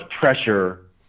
pressure